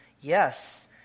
Yes